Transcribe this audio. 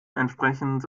entsprechend